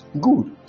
Good